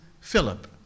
Philip